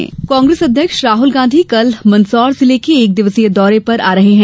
राहुल दौरा कांग्रेस अध्यक्ष राहुल गांधी कल मंदसौर जिले के एक दिवसीय दौरे पर आ रहे हैं